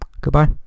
Goodbye